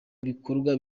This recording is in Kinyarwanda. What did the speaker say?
ibikorwa